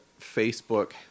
Facebook